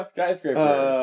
Skyscraper